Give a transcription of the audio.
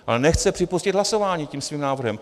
Ale nechce připustit hlasování tím svým návrhem.